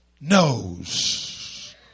knows